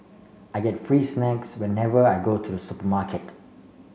I get free snacks whenever I go to the supermarket